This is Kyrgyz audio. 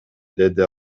деди